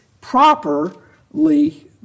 properly